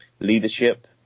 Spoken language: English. leadership